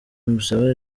musaba